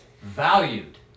valued